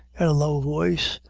in a low voice,